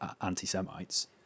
anti-Semites